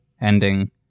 ending